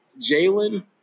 Jalen